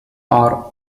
are